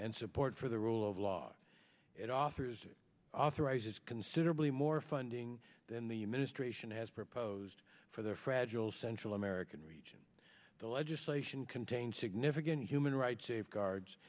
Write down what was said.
and support for the rule of law it offers authorizes considerably more funding than the administration has proposed for the fragile central american region the legislation contains significant human rights safeguards